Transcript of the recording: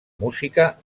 música